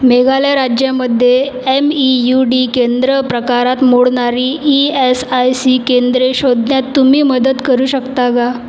मेघालय राज्यामध्ये M E U D केंद्र प्रकारात मोडणारी ई एस आय सी केंद्रे शोधण्यात तुम्ही मदत करू शकता का